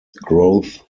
growth